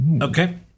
Okay